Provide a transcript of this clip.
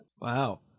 Wow